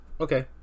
Okay